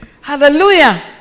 Hallelujah